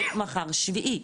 יכול להיות מחר שביעי,